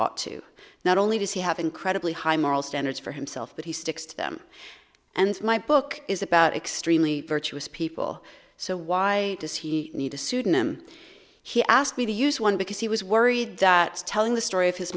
ought to not only does he have incredibly high moral standards for himself but he sticks to them and my book is about extremely virtuous people so why does he need a pseudonym he asked me to use one because he was worried that telling the story of his